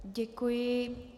Děkuji.